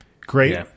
Great